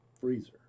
freezer